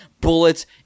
bullets